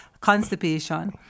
constipation